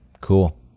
cool